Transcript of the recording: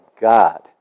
God